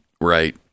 Right